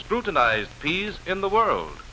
scrutinized piece in the world